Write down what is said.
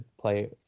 play